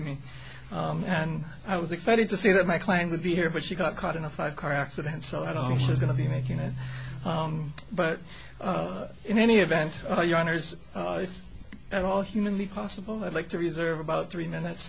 me and i was excited to see that my client would be here but she got caught in a five car accident so i don't think she's going to be making it but in any event your honors if at all humanly possible i'd like to reserve about three minutes